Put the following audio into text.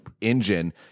engine